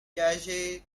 cache